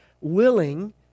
willing